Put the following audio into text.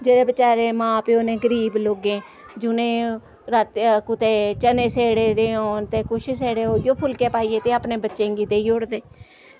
जेह्ड़े बचैरे मां प्यो न गरीब लोकें जि'नें रात कुतै चने सेड़े दे होन ते कुछ सेड़े उ'ऐ फुलके पाइयै ते अपने बच्चें गी देई ओड़दे